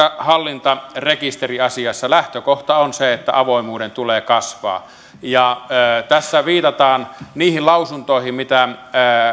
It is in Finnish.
hallintarekisteriasiassa lähtökohta on se että avoimuuden tulee kasvaa ja tässä viitataan niihin lausuntoihin mitä